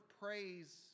praise